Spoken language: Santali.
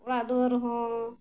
ᱚᱲᱟᱜ ᱫᱩᱣᱟᱹᱨ ᱦᱚᱸ